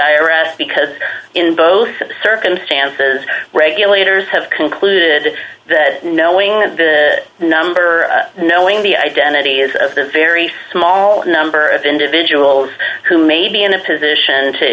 s because in both circumstances regulators have concluded that knowing and number knowing the identity is a very small number of individuals who may be in a position to